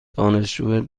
دانشجو